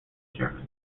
german